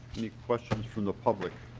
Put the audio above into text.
questions from the public?